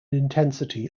intensity